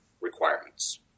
requirements